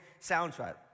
soundtrack